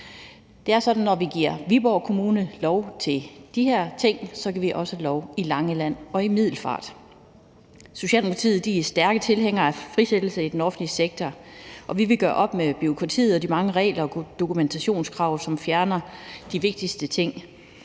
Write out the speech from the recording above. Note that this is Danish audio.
når vi giver Viborg Kommune lov til de her ting, giver vi også lov til det på Langeland og i Middelfart. Socialdemokratiet er stærke tilhængere af frisættelse i den offentlige sektor, og vi vil gøre op med bureaukratiet og de mange regler og dokumentationskrav, som tager tid fra det vigtigste,